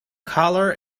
colour